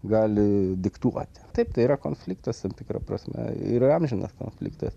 gali diktuoti taip tai yra konfliktas tam tikra prasme yra amžinas konfliktas